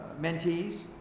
mentees